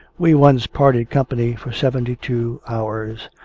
we once parted company for seventy-two hours,